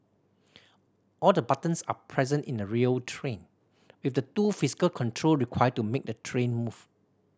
all the buttons are present in a real train with the two physical control required to make the train move